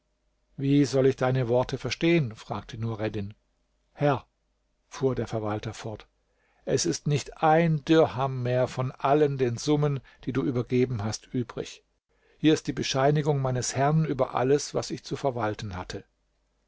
wie soll ich deine worte verstehen fragte nureddin herr fuhr der verwalter fort es ist nicht ein dirham mehr von allen den summen die du übergeben hast übrig hier ist die bescheinigung meines herrn über alles was ich zu verwalten hatte